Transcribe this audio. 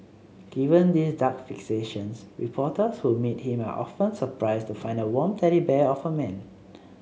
given these dark fixations reporters who meet him are often surprised to find a warm teddy bear of a man